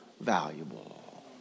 valuable